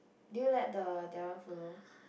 did you let the that one follow